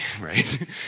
right